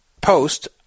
post